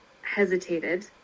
hesitated